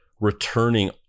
returning